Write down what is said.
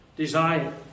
desire